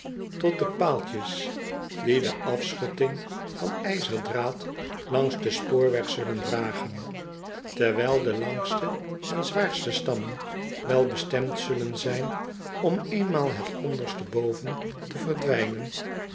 tot de paaltjes die de afschutting van ijzerdraad langs den spoorweg zullen dragen terwijl de langste en zwaarste stammen wel bestemd zullen zijn om eenmaal het onderste boven te verdwijnen